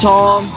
Tom